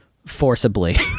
forcibly